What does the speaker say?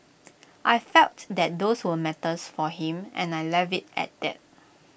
I felt that those were matters for him and I left IT at that